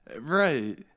Right